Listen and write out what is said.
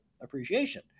appreciation